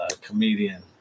comedian